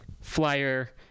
flyer